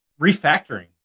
Refactoring